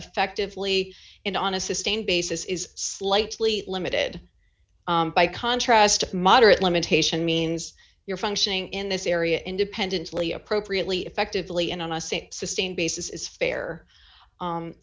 affectively and on a sustained basis is slightly limited by contrast a moderate limitation means you're functioning in this area independently appropriately effectively and on a safe sustained basis is fair